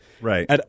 Right